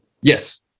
yes